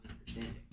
understanding